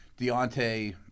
Deontay